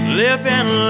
living